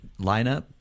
lineup